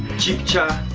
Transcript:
chibcha,